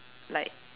like